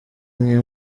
nke